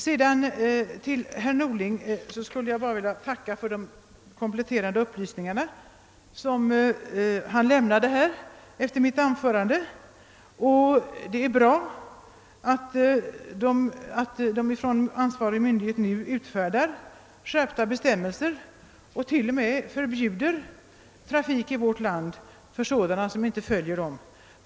Jag vill också tacka statsrådet Norling för de kompletterande upplysningar som han lämnade efter mitt anförande. Det är bra att ansvarig myndighet nu utfärdar skärpta bestämmelser och till och med förbjuder trafik i vårt land för dem som inte följer dessa bestämmelser.